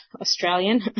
Australian